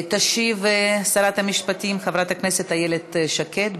תשיב שרת המשפטים חברת הכנסת איילת שקד.